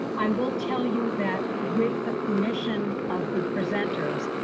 i will tell you that with the permission of the presenters.